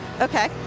okay